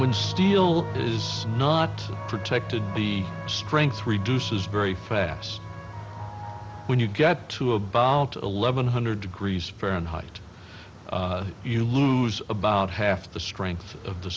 when steel is not protected the strength reduces very fast when you get to about eleven hundred degrees fahrenheit you lose about half the strength of t